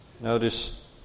Notice